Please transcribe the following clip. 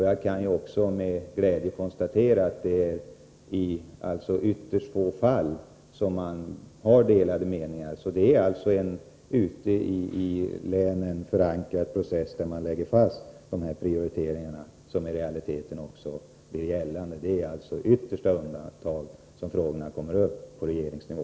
Jag kan också med glädje konstatera att det i ytterst få fall råder delade meningar. Det finns alltså en ute i länen väl förankrad process där man lägger fast dessa prioriteringar, vilka i realiteten också blir gällande. Det är alltså i yttersta undantagsfall som frågorna kommer upp på regeringsnivå.